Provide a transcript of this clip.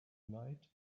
night